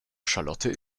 charlotte